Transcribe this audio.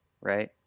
right